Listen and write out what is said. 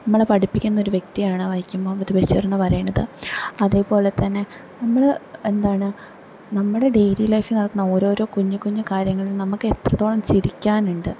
നമ്മളെ പഠിപ്പിക്കുന്നൊരു വ്യക്തിയാണ് വൈക്കം മുഹമ്മദ് ബഷീറെന്ന് പറയുന്നത് അതേപോലെ തന്നെ നമ്മള് എന്താണ് നമ്മുടെ ഡെയിലി ലൈഫില് നടക്കുന്ന ഓരോ കുഞ്ഞി കുഞ്ഞി കാര്യങ്ങളും നമുക്കെത്രത്തോളം ചിരിക്കാനുണ്ട്